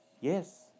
Yes